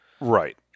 right